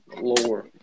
lower